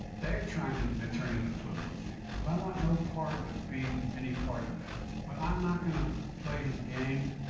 they are trying to but turn it into political theater. but i want no part of being any part of that. but i am not going to play his game.